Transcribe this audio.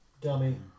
Dummy